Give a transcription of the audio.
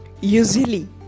usually